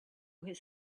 his